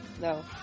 No